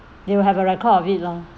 they will have a record of it lor